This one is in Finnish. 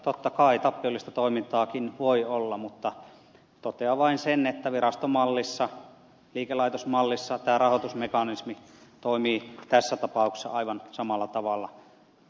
totta kai tappiollista toimintaakin voi olla mutta totean vain sen että virastomallissa ja liikelaitosmallissa tämä rahoitusmekanismi toimii tässä tapauksessa aivan samalla tavalla